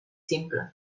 simple